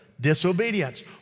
disobedience